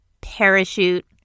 parachute